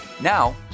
Now